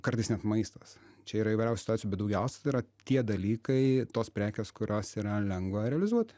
kartais net maistas čia yra įvairiausių situacijų bet daugiausia tai yra tie dalykai tos prekės kurios yra lengva realizuot